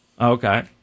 Okay